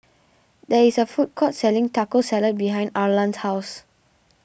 there is a food court selling Taco Salad behind Arlan's house